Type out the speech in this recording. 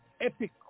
epic